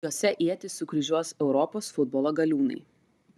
jose ietis sukryžiuos europos futbolo galiūnai